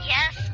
Yes